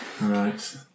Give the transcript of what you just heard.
Right